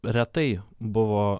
retai buvo